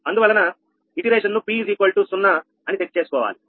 అందువలన ఇటరేషన్ ను p0 అని సెట్ చేసుకోవాలి